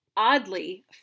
Oddly